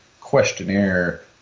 questionnaire